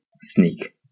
sneak